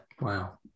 Wow